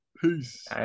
Peace